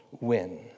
win